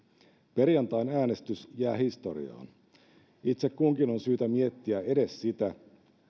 perjantain äänestys jää historiaan itse kunkin on syytä miettiä edes sitä